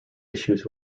issues